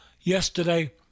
yesterday